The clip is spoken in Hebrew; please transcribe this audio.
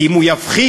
כי אם הוא יפחיד,